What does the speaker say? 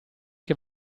che